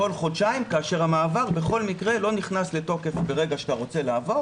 כל חודשיים כאשר המעבר בכל מקרה לא נכנס לתוקף ברגע שאתה רוצה לעבור